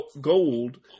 Gold